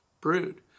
brood